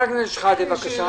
חבר הכנסת שחאדה, בבקשה.